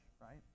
right